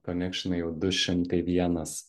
konekšinai jau du šimtai vienas